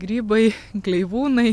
grybai gleivūnai